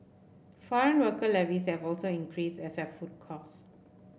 foreign worker levies have also increased as have food costs